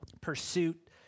pursuit